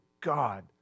God